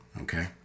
okay